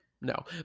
no